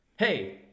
Hey